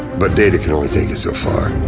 but data can only take you so far.